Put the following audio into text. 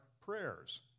prayers